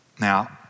Now